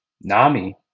Nami